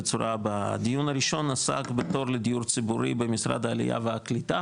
בצורה הבאה: הדיון הראשון עסק בתור לדיור ציבורי במשרד העלייה והקליט,